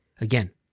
Again